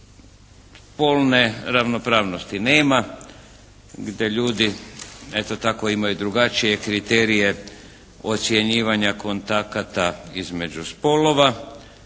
spolne ravnopravnosti nema, gdje ljudi eto tako, imaju drugačije kriterije ocjenjivanja kontakata između spolova.